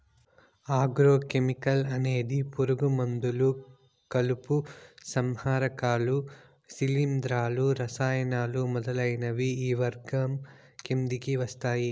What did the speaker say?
agro chemical అనేది పురుగు మందులు, కలుపు సంహారకాలు, శిలీంధ్రాలు, రసాయనాలు మొదలైనవి ఈ వర్గం కిందకి వస్తాయి